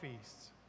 feasts